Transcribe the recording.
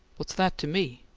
what's that to me?